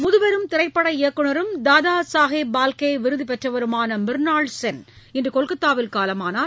முதுபெரும் திரைப்பட இயக்குநரும் தாதா சாஹேப் பால்கே விருது பெற்றவருமான மிர்னால் சென் இன்று கொல்கத்தாவில் காலமானார்